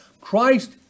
Christ